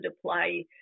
apply